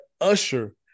Usher